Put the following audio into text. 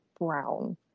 brown